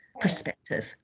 perspective